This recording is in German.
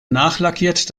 nachlackiert